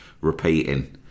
repeating